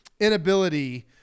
inability